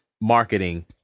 marketing